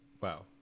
Wow